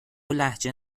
لهجه